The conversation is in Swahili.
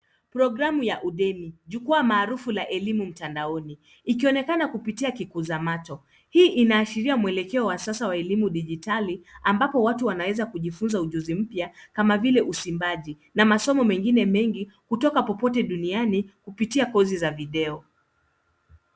Programu ya udeni jukwaa maarufu la elimu mtandaoni ikionekana kupitia kikuza macho hii inaashiria mwelekeo wa sasa wa elimu dijitali ambapo watu wanaweza kujifunza ujuzi mpya kama vile usimbaji na masomo mengine mengi kutoka popote duniani kupitia coursi za video.